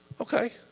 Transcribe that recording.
Okay